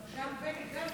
גם בני גנץ אמר.